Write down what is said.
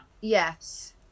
yes